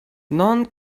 non